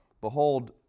Behold